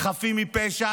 חפים מפשע,